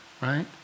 Right